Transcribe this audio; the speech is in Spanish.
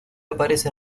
aparece